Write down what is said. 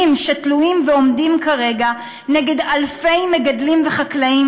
שתלויים ועומדים כרגע נגד אלפי מגדלים וחקלאים,